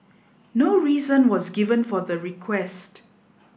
no reason was given for the request